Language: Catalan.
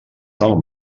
del